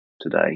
today